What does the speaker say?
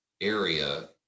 area